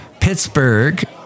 Pittsburgh